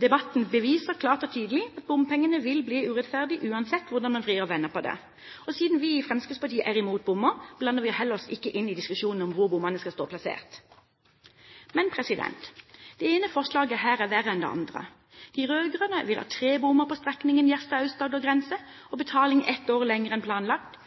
debatten beviser klart og tydelig at bompenger vil bli urettferdig uansett hvordan man vrir og vender på det. Men siden vi i Fremskrittspartiet er imot bommer, blander vi oss heller ikke inn i diskusjonen om hvor bommene skal stå. Det ene forslaget her er imidlertid verre enn det andre. De rød-grønne vil ha tre bommer på strekningen Gjerstad–Aust-Agders grense og betaling ett år lenger enn planlagt,